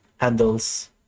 handles